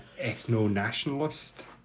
ethno-nationalist